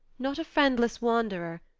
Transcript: not a friendless wanderer,